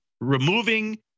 removing